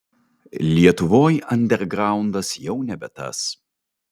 lietuvoj andergraundas jau nebe tas